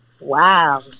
Wow